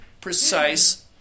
precise